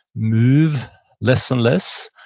move less and less,